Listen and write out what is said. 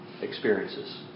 experiences